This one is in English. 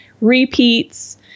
repeats